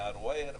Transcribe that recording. מערוער,